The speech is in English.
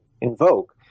invoke